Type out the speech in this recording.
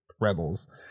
rebels